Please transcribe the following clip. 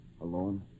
alone